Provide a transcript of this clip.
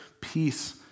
peace